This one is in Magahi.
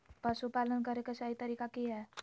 पशुपालन करें के सही तरीका की हय?